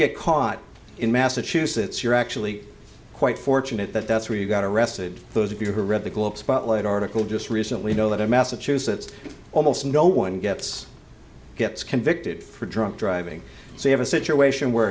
get caught in massachusetts you're actually quite fortunate that that's where you got arrested those of you who read the globe spotlight article just recently know that in massachusetts almost no one gets gets convicted for drunk driving so you have a situation where